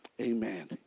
Amen